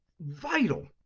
vital